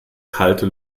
kalte